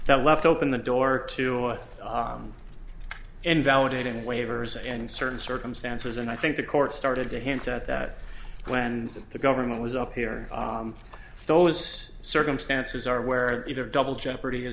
now left open the door to a invalidating waivers and in certain circumstances and i think the court started to hint at that when the government was up here those circumstances are where either double jeopardy is